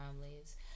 families